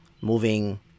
moving